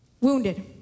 wounded